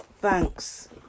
Thanks